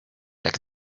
like